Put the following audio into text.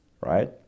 right